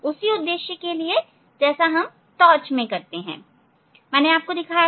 उसी उद्देश्य के लिए जैसा टॉर्च में करते हैं मैंने आपको दिखाया था